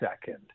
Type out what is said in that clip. second